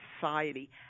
society